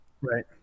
Right